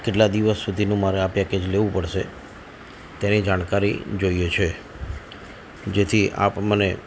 અને કેટલા દિવસ સુધીનું મારે આ પેકેજ લેવું પડશે તેની જાણકારી જોઇએ છે જેથી આપ મને